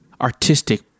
artistic